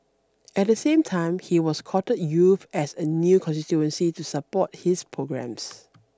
at the same time he was courted youth as a new constituency to support his programmes